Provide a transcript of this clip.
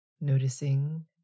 Noticing